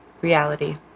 Reality